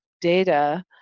data